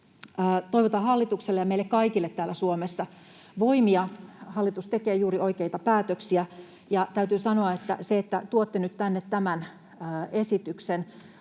Toivotan hallitukselle ja meille kaikille täällä Suomessa voimia. Hallitus tekee juuri oikeita päätöksiä, ja täytyy sanoa, että se, että tuotte nyt tänne tämän esityksen,